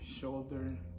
shoulder